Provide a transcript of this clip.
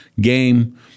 game